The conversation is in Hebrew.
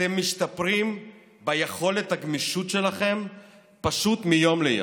אתם משתפרים ביכולת הגמישות שלכם פשוט מיום ליום.